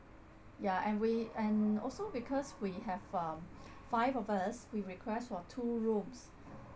yeah and we and also because we have um five of us we request for two rooms